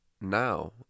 now